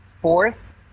fourth